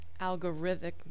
Algorithmic